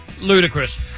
Ludicrous